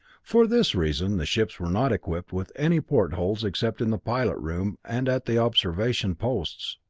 for this reason the ships were not equipped with any portholes except in the pilot room and at the observation posts.